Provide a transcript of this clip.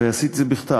ועשיתי את זה בכתב,